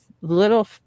little